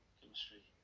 Chemistry